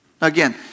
Again